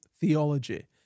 theology